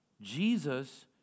Jesus